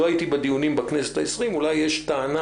לא הייתי בדיונים בכנסת העשרים ואולי יש טענה